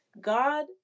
God